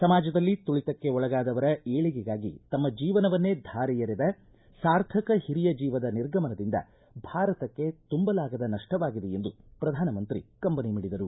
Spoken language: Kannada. ಸಮಾಜದಲ್ಲಿ ತುಳಿತಕ್ಕೆ ಒಳಗಾದವರ ಏಳಿಗೆಗಾಗಿ ತಮ್ಮ ಜೀವನವನ್ನೇ ಧಾರೆ ಎರೆದ ಸಾರ್ಥಕ ಹಿರಿಯ ಜೀವದ ನಿರ್ಗಮನದಿಂದ ಭಾರತಕ್ಕೆ ತುಂಬಲಾಗದ ನಪ್ಪವಾಗಿದೆ ಎಂದು ಪ್ರಧಾನಮಂತ್ರಿ ಕಂಬನಿ ಮಿಡಿದರು